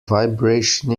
vibration